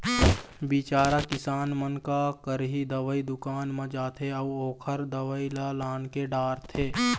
बिचारा किसान मन का करही, दवई दुकान म जाथे अउ ओखर दवई ल लानके डारथे